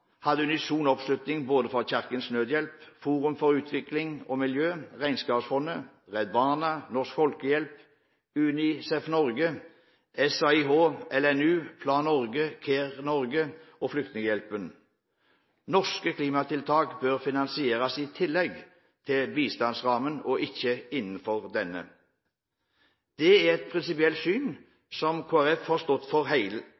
hadde unison oppslutning både fra Kirkens Nødhjelp, Forum for Utvikling og Miljø, Regnskogfondet, Redd Barna, Norsk Folkehjelp, UNICEF Norge, SAIH, LNU, Plan Norge, Care Norge og Flyktninghjelpen: Norske klimatiltak bør finansieres i tillegg til bistandsrammen og ikke innenfor denne. Det er et prinsipielt syn som Kristelig Folkeparti har stått for